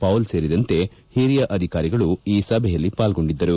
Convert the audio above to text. Paul ಸೇರಿದಂತೆ ಹಿರಿಯ ಅಧಿಕಾರಿಗಳು ಸಭೆಯಲ್ಲಿ ಪಾಲ್ಗೊಂಡಿದ್ದರು